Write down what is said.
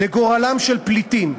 לגורלם של פליטים,